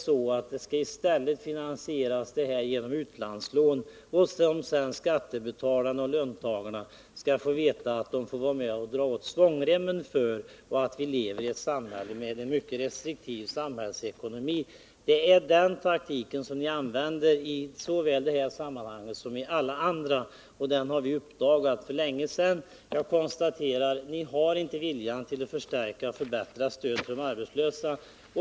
Stödet skall i stället finansieras genom utlandslån, och sedan får löntagarna och skattebetalarna veta att de skall vara med och betala det och måste dra åt svångremmen därför att vi lever i ett samhälle med mycket restriktiv samhällsekonomi. Att det är den taktiken som ni använder i såväl det här sammanhanget som andra sammanhang har vi uppdagat för länge sedan. Jag konstaterar att ni inte har viljan att förstärka och förbättra stödet till de arbetslösa.